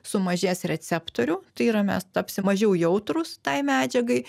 sumažės receptorių tai yra mes tapsim mažiau jautrūs tai medžiagai